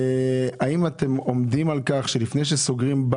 האם אתם עומדים על כך שלפני שסוגרים סניף